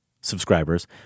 subscribers